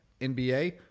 NBA